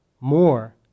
more